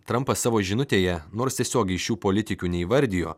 trampas savo žinutėje nors tiesiogiai šių politikių neįvardijo